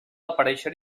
aparèixer